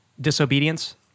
disobedience